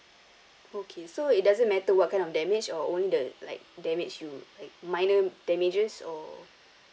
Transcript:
okay so it doesn't matter what kind of damage or only the like damage you like minor damages or